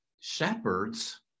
Shepherds